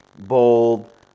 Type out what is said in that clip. bold